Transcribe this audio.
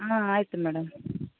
ಹಾಂ ಆಯಿತು ಮೇಡಮ್